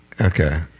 Okay